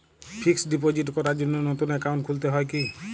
Fix deposit করার জন্য নতুন অ্যাকাউন্ট খুলতে হয় কী?